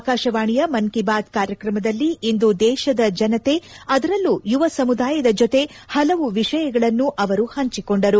ಆಕಾಶವಾಣಿಯ ಮನ್ ಕಿ ಬಾತ್ ಕಾರ್ಯಕ್ರಮದಲ್ಲಿಂದು ದೇಶದ ಜನತೆ ಅದರಲ್ಲೂ ಯುವ ಸಮುದಾಯದ ಜೊತೆ ಹಲವು ವಿಷಯಗಳನ್ನು ಅವರು ಹಂಚಿಕೊಂಡರು